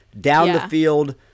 down-the-field